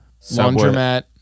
laundromat